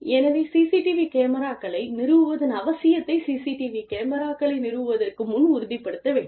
எனவே சிசிடிவி கேமராக்களை நிறுவுவதன் அவசியத்தை சிசிடிவி கேமராக்களை நிறுவுவதற்கு முன் உறுதிப்படுத்த வேண்டும்